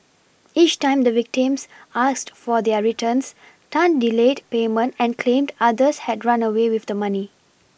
each time the victims asked for their returns Tan delayed payment and claimed others had run away with the money